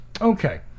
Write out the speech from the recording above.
okay